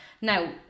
now